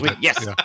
Yes